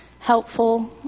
helpful